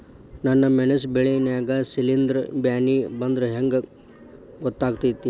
ನನ್ ಮೆಣಸ್ ಬೆಳಿ ನಾಗ ಶಿಲೇಂಧ್ರ ಬ್ಯಾನಿ ಬಂದ್ರ ಹೆಂಗ್ ಗೋತಾಗ್ತೆತಿ?